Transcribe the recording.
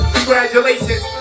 Congratulations